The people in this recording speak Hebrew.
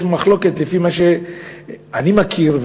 יש מחלוקת לפי מה שאני מכיר,